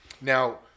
Now